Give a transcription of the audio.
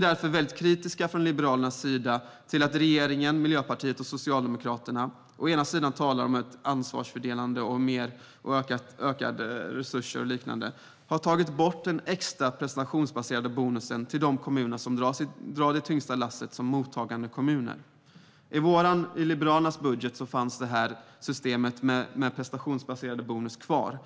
Från Liberalernas sida är vi därför kritiska till att regeringen - Miljöpartiet och Socialdemokraterna - å ena sidan talar om ansvarsfördelande och ökade resurser och å andra sidan har tagit bort den extra prestationsbaserade bonusen till de kommuner som drar det tyngsta lasset som mottagandekommuner. I Liberalernas budgetförslag fanns systemet med prestationsbaserad bonus kvar.